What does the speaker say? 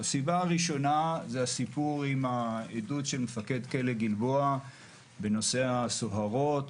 הסבה הראשונה היא הסיפור עם העדות של מפקד כלא גלבוע בנושא הסוהרות.